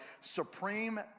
supreme